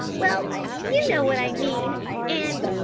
well. you know what i mean and.